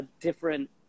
different